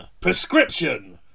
prescription